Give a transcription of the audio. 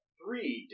three